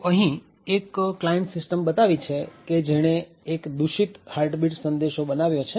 તો અહીં એક ક્લાયન્ટ સીસ્ટમ બતાવી છે કે જેણે એક દુષિત હાર્ટબીટ સંદેશ બનાવ્યો છે